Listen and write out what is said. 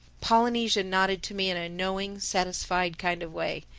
polynesia nodded to me in a knowing, satisfied kind of way.